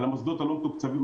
על המוסדות הלא מתוקצבים,